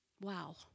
Wow